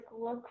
look